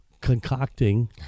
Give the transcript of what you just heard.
concocting